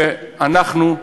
שאנחנו,